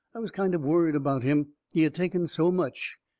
i was kind of worried about him, he had taken so much,